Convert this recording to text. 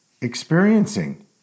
experiencing